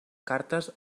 cartes